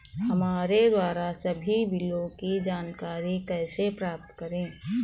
हमारे द्वारा सभी बिलों की जानकारी कैसे प्राप्त करें?